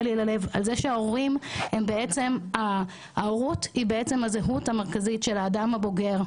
ההורות היא בעצם הזהות המרכזית של האדם הבוגר.